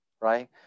right